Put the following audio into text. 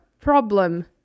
problem